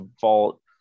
vault